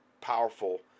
powerful